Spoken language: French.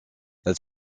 elle